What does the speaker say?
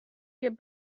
get